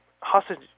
hostage